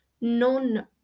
non